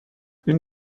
این